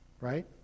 Right